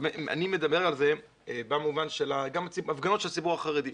אני מדבר על זה במובן גם של ההפגנות של הציבור החרדי.